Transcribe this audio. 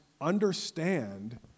understand